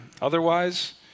Otherwise